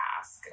ask